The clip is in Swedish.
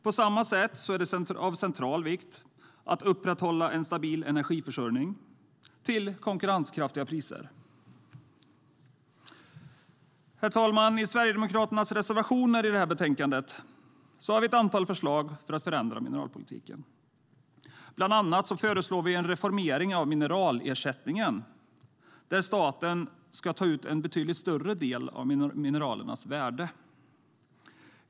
På samma sätt är det av central vikt att upprätthålla en stabil energiförsörjning till konkurrenskraftiga priser. Herr ålderspresident! Sverigedemokraternas reservationer i betänkandet innehåller ett antal förslag för att förändra mineralpolitiken. Bland annat föreslår vi en reformering av mineralersättningen så att staten ska ta ut en betydligt större del av mineralernas värde.